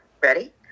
Ready